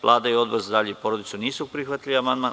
Vlada i Odbor za zdravlje i porodicu, nisu prihvatili amandman.